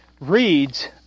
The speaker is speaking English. reads